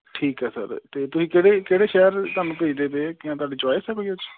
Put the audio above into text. ਠੀਕ ਹੈ ਸਰ ਅਤੇ ਤੁਸੀਂ ਕਿਹੜੇ ਕਿਹੜੇ ਸ਼ਹਿਰ ਤੁਹਾਨੂੰ ਭੇਜਦੇ ਪਏ ਆ ਕਿਆ ਤੁਹਾਡੀ ਚੋਆਇਸ ਆ ਕੋਈ ਉਹ 'ਚ